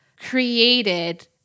created